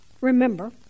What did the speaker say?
Remember